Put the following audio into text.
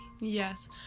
Yes